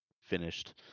finished